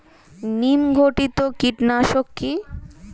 নিম ঘটিত কীটনাশক কি?